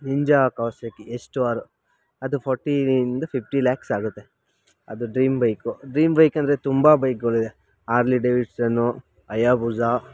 Ninja Kawasaki H two R ಅದು ಫೋರ್ಟಿಯಿಂದ fifty lakhs ಆಗುತ್ತೆ ಅದು ಡ್ರೀಮ್ ಬೈಕು ಡ್ರೀಮ್ ಬೈಕಂದರೆ ತುಂಬ ಬೈಕ್ಗಳಿದೆ ಆರ್ಲೆ ಡೇವಿಡ್ಸನ್ನು ಅಯಬುಸ